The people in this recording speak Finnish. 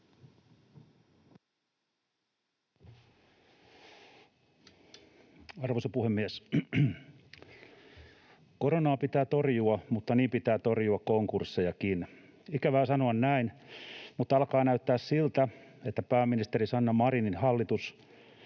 Arvoisa puhemies! Koronaa pitää torjua, mutta niin pitää torjua konkurssejakin. Ikävää sanoa näin, mutta alkaa näyttää siltä, että pääministeri Sanna Marinin hallitus